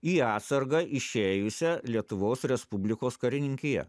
į atsargą išėjusia lietuvos respublikos karininkija